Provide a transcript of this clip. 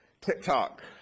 TikTok